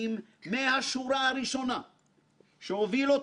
כאמור שוק הבנקאות והפיננסים בישראל הוא קטן